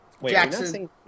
Jackson